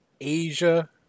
Asia